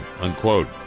Unquote